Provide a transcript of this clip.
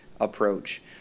approach